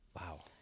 Wow